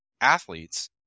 athletes